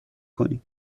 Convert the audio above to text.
کنی